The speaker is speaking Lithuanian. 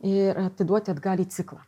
ir atiduot atgal į ciklą